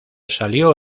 salió